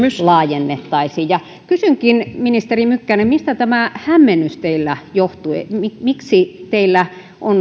laajennettaisiin kysynkin ministeri mykkänen mistä tämä hämmennys teillä johtui miksi teillä